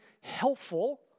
helpful